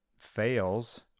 Fails